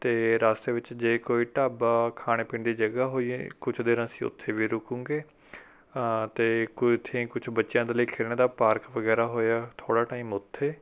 ਅਤੇ ਰਸਤੇ ਵਿੱਚ ਜੇ ਕੋਈ ਢਾਬਾ ਖਾਣ ਪੀਣ ਦੀ ਜਗ੍ਹਾ ਹੋਈ ਹ ਕੁਛ ਦੇਰ ਅਸੀਂ ਉੱਥੇ ਵੀ ਰੁਕਾਂਗੇ ਅਤੇ ਕੋਈ ਕੁਝ ਬੱਚਿਆਂ ਦੇ ਲਈ ਖੇਡਣ ਦਾ ਪਾਰਕ ਵਗੈਰਾ ਹੋਇਆ ਥੋੜ੍ਹਾ ਟਾਈਮ ਉੱਥੇ